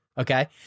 Okay